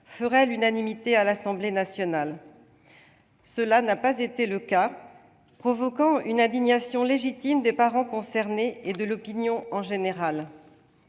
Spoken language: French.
ferait l'unanimité à l'Assemblée nationale. Cela n'a pas été le cas, ce qui a provoqué une indignation légitime des parents concernés et de l'opinion en général.